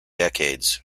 decades